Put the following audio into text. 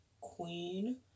queen